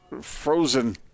frozen